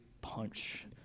punch